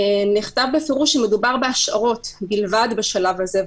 נכתב בפירוש שמדובר בהשערות בלבד בשלב הזה,